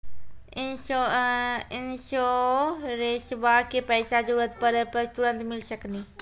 इंश्योरेंसबा के पैसा जरूरत पड़े पे तुरंत मिल सकनी?